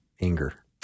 anger